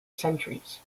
centuries